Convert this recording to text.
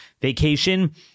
vacation